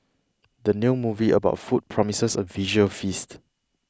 the new movie about food promises a visual feast